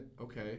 Okay